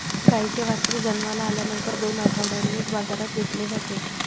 गाईचे वासरू जन्माला आल्यानंतर दोन आठवड्यांनीच बाजारात विकले जाते